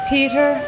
Peter